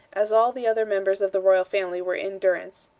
as all the other members of the royal family were in durance,